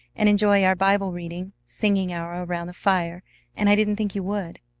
and enjoy our bible-reading, singing hour around the fire and i didn't think you would.